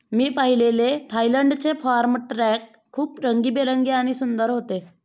मी पाहिलेले थायलंडचे farm truck खूप रंगीबेरंगी आणि सुंदर होते